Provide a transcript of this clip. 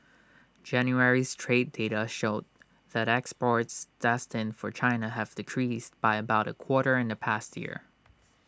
January's trade data showed that exports destined for China have decreased by about A quarter in the past year